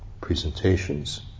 presentations